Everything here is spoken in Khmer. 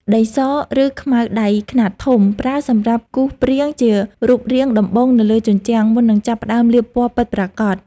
ដីស ឬខ្មៅដៃខ្នាតធំ ប្រើសម្រាប់គូសព្រាងជារូបរាងដំបូងនៅលើជញ្ជាំង មុននឹងចាប់ផ្ដើមលាបពណ៌ពិតប្រាកដ។